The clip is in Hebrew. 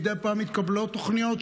מדי פעם מתקבלות תוכניות,